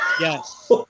Yes